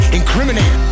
incriminate